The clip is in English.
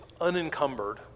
unencumbered